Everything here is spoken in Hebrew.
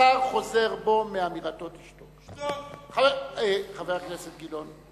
נתת, חבר הכנסת גילאון.